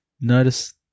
notice